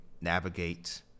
navigate